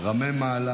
רמי מעלה,